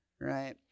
right